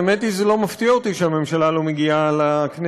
האמת היא שלא מפתיע אותי שהממשלה לא מגיעה לכנסת,